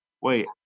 Wait